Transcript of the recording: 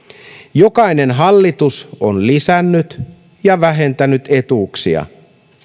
jokainen hallitus on lisännyt ja vähentänyt etuuksia